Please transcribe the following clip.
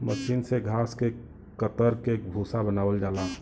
मसीन से घास के कतर के भूसा बनावल जाला